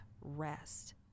rest